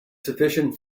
sufficient